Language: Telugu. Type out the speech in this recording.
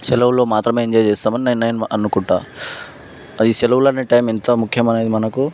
సెలవులు మాత్రమే ఎంజాయ్ చేస్తామని నేను నేను అనుకుంటా అది సెలవులు అనే టైమ్ ఎంత ముఖ్యమైనేది మనకు